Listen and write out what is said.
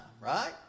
right